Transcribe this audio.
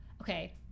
okay